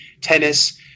Tennis